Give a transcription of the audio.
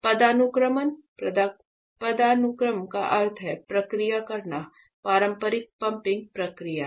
पदानुक्रम है पदानुक्रम का अर्थ है प्रक्रिया करना प्रारंभिक पंपिंग प्रक्रिया है